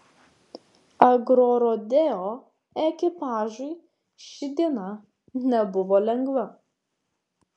agrorodeo ekipažui ši diena nebuvo lengva